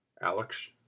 Alex